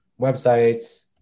websites